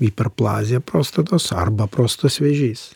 hiperplazija prostatos arba prostatos vėžys